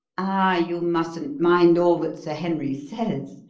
ah, you mustn't mind all that sir henry says,